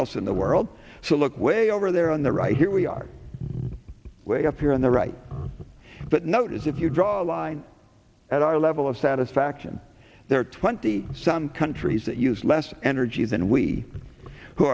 else in the world so look way over there on the right here we are way up here on the right but notice if you draw a line at our level of satisfaction there are twenty some countries that use less energy than we who